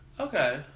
Okay